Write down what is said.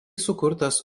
sukurtas